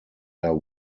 der